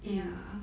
ya